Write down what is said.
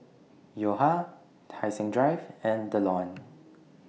Yo Ha Tai Seng Drive and The Lawn